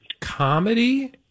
comedy